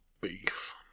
beef